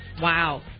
Wow